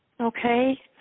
Okay